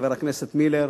חבר הכנסת מילר,